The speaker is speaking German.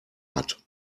hat